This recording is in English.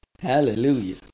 Hallelujah